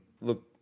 Look